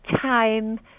time